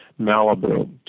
Malibu